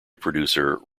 producer